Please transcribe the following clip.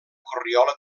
corriola